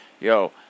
Yo